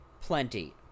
plenty